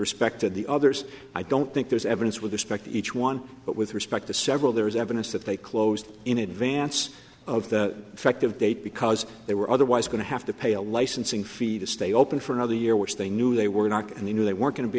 respect to the others i don't think there's evidence with respect to each one but with respect to several there is evidence that they in advance of the effective date because they were otherwise going to have to pay a licensing fee to stay open for another year which they knew they were not and they knew they weren't going to be